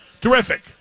Terrific